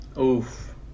Oof